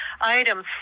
items